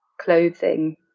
clothing